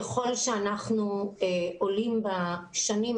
ככל שאנחנו עולים בשנים,